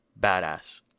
badass